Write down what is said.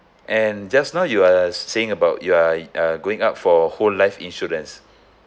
and just now you are saying about you are uh going up for whole life insurance